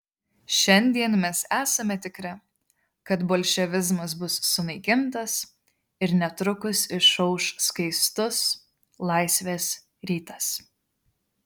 šiandien mes esame tikri kad bolševizmas bus sunaikintas ir netrukus išauš skaistus laisvės rytas